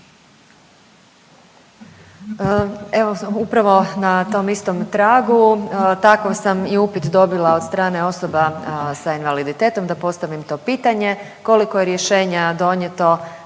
Evo upravo na tom istom tragu takav sam i upit dobila od strane osoba s invaliditetom da postavim to pitanje, koliko je rješenja donijeto